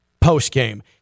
post-game